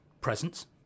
presence